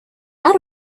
out